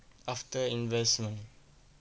after investment